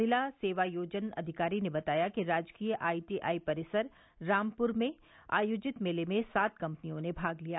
जिला सेवायोजन अधिकारी ने बताया कि राजकीय आईटी आई परिसर रामपुर में आयोजित मेले में सात कम्पनियों ने भाग लिया